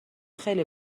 خیلی